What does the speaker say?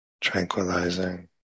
tranquilizing